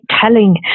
telling